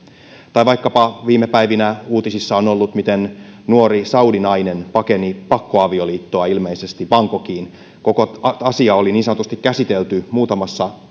tai vaikkapa viime päivinä uutisissa on ollut miten nuori saudinainen pakeni pakkoavioliittoa ilmeisesti bangkokiin koko asia oli niin sanotusti käsitelty muutamassa